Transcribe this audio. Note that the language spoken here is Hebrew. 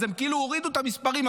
אז הם כאילו הורידו את המספרים.